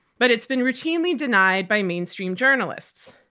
but it's been routinely denied by mainstream journalists.